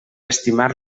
estimar